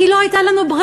כי לא הייתה לנו ברירה.